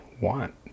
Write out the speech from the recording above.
want